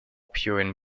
purine